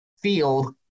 Field